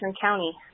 County